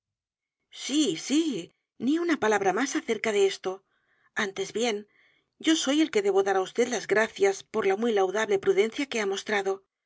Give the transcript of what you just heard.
sí sí ni una palabra más acerca de esto antes bien yo soy el que debo dar á vd las gracias por la muy laudable prudencia que ha mostrado